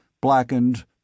blackened